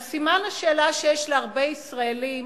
על סימן השאלה שיש להרבה ישראלים,